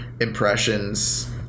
impressions